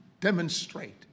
demonstrate